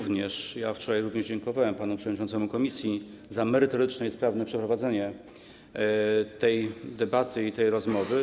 Wczoraj również dziękowałem panu przewodniczącemu komisji za merytoryczne i sprawne przeprowadzenie tej debaty, tej rozmowy.